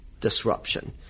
disruption